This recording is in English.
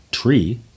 tree